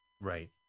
right